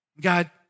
God